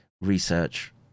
research